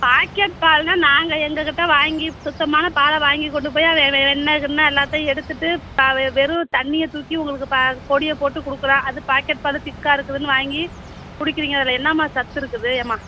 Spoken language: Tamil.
பாக்கெட் பால்னால் நாங்கள் எங்கள் கிட்டே வாங்கி சுத்தமான பாலை வாங்கி கொண்டு போய் அது வெண்ணை கிண்ணை எல்லாத்தையும் எடுத்துகிட்டு பால் வெறும் தண்ணியை தூக்கி உங்களுக்கு பால் பொடியை போட்டு கொடுக்குறான் அது பாக்கெட் பால் திக்காக இருக்குதுன்னு வாங்கி குடிக்கிறீங்க அதில் என்னாமா சத்து இருக்குது ஏன்மா